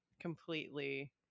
completely